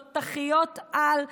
תותחיות-על,